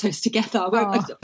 together